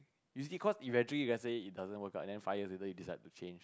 is it cause eventually if let say it doesn't work out then five years later you decide to change